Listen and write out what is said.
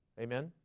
amen